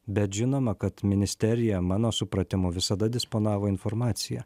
bet žinoma kad ministerija mano supratimu visada disponavo informacija